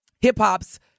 hip-hop's